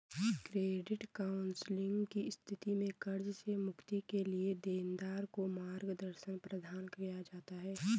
credit counselling की स्थिति में कर्ज से मुक्ति के लिए देनदार को मार्गदर्शन प्रदान किया जाता है